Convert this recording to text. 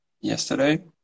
yesterday